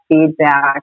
feedback